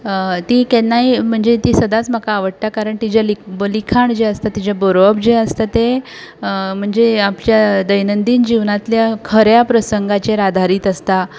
ती केन्नाय म्हणजे ती सदांच म्हाका आवडटा कारण तिचें लिखा लिखाण जें आसता तिचें बरोवप जें आसतां तें म्हणजे आमच्या दैनंदीन जिवनांतल्या खऱ्या प्रसंगांचेर आदारीत आसता